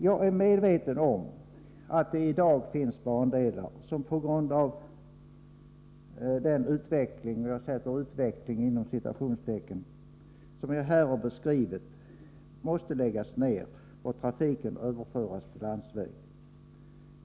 Jag är medveten om att det i dag finns bandelar som på grund av den ”utveckling” som jag här har beskrivit måste läggas ner och trafiken överföras till landsväg.